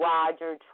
Roger